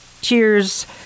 Cheers